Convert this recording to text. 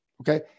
okay